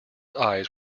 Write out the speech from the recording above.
eyes